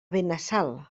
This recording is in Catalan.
benassal